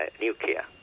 nuclear